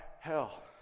hell